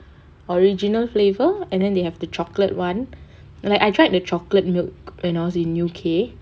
original flavour and then they have the chocolate one like I tried the chocolate milk when I was in U_K